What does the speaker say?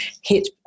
hit